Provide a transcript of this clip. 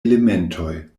elementoj